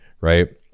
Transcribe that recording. Right